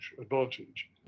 advantage